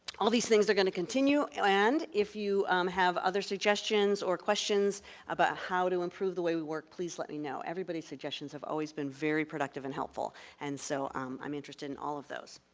all these things are going to continue and if you have other suggestions or questions about how to improve the way we work, please let me know. everybody's suggestions have always been very productive and helpful and so um i'm interested in all of those.